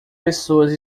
pessoas